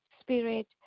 spirit